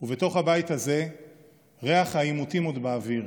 ובתוך הבית הזה ריח העימותים עוד באוויר.